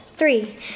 Three